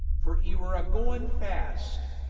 for e were agoin fast.